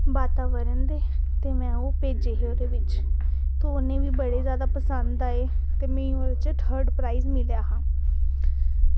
वातावरण दे ते में ओह् भेजे हे ओह्दे बिच्च ते उ'नें बी ओह् बड़े जादा पसंद आए ते मिगी ओह्दे च थर्ड प्राईज़ मिलेआ हा